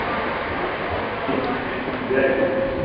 ठीकु आहे जय झूलेलाल